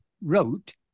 wrote